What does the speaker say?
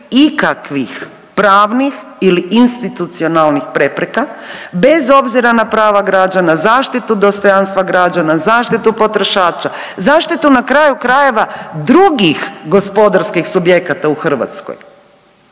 ikakvih pravnih ili institucionalnih prepreka bez obzira na prava građana, zaštitu dostojanstva građana, zaštitu potrošača, zaštitu, na kraju krajeva, drugih gospodarskih subjekata u Hrvatskoj.